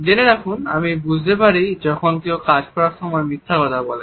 জেনে রাখুন আমি বুঝতে পারি যখন কেউ কাজ করার সময় মিথ্যা কথা বলে